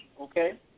Okay